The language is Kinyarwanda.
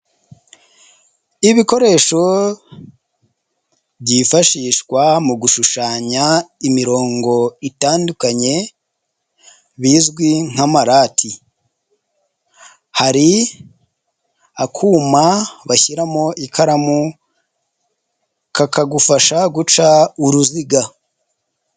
Ibikoresho byifashishwa mu gushushanya imirongo itandukanye bizwi nk'amarati, hari akuma bashyiramo ikaramu kakagufasha guca uruziga.